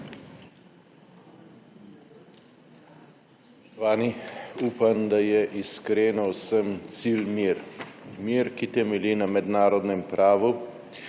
Upam, da je iskreno vsem cilj mir. Mir, ki temelji na mednarodnem pravu,